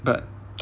but